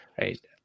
right